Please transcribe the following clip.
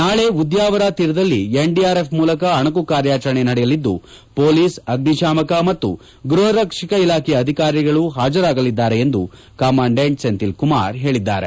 ನಾಳೆ ಉದ್ಯಾವರ ತೀರದಲ್ಲಿ ಎನ್ಡಿಆರ್ಎಫ್ ಮೂಲಕ ಅಣಕು ಕಾರ್ಯಾಚರಣೆ ನಡೆಯಲಿದ್ದು ಮೊಲೀಸ್ ಅಗ್ನಿಶಾಮಕ ಮತ್ತು ಗೃಪ ರಕ್ಷಕ ಇಲಾಖೆಯ ಅಧಿಕಾರಿಗಳು ಹಾಜರಾಗಲಿದ್ದಾರೆ ಎಂದು ಕಮಾಂಡೆಂಟ್ ಸೆಂಥಿಲ್ ಕುಮಾರ್ ಹೇಳಿದ್ದಾರೆ